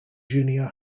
junior